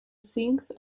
sings